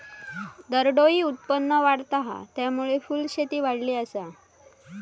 दरडोई उत्पन्न वाढता हा, त्यामुळे फुलशेती वाढली आसा